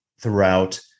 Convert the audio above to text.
throughout